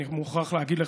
אני מוכרח להגיד לך,